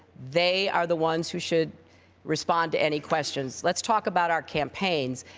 they are the ones who should respond to any questions. let's talk about our campaigns.